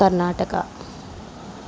Karnataka